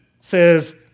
says